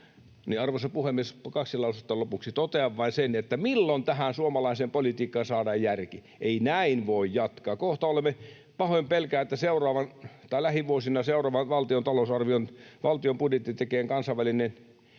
Arvoisa puhemies! Kaksi lausetta lopuksi. Totean vain sen, että milloin tähän suomalaiseen politiikkaan saadaan järki, ei näin voi jatkaa. Pahoin pelkään, että lähivuosina valtion budjetin tekee Kansainvälinen